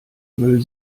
müll